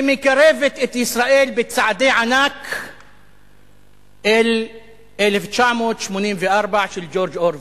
שמקרבת את ישראל בצעדי ענק אל "1984" של ג'ורג' אורוול.